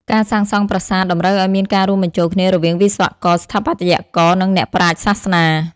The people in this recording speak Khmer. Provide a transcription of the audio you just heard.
ការសាងសង់ប្រាសាទតម្រូវឲ្យមានការរួមបញ្ចូលគ្នារវាងវិស្វករ ស្ថាបត្យករ និងអ្នកប្រាជ្ញសាសនា។